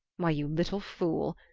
why, you little fool,